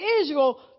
Israel